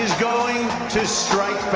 going to strike